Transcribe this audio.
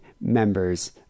members